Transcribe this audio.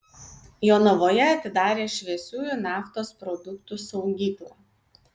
jonavoje atidarė šviesiųjų naftos produktų saugyklą